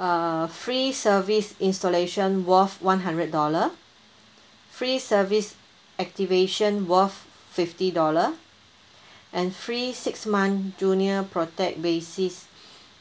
uh free service installation worth one hundred dollar free service activation worth fifty dollar and free six month junior protect basis